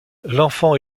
l’enfant